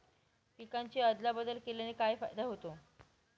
पिकांची अदला बदल केल्याने काय फायदा होतो?